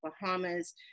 Bahamas